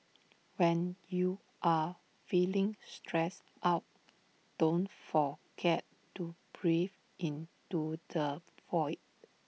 when you are feeling stressed out don't forget to breathe into the void